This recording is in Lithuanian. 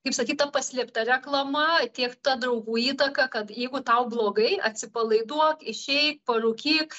kaip sakyt ta paslėpta reklama tiek ta draugų įtaka kad jeigu tau blogai atsipalaiduok išeik parūkyk